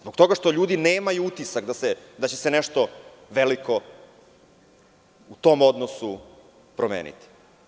Zbog toga što ljudi nemaju utisak da će se nešto veliko u tom odnosu promeniti.